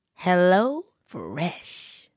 HelloFresh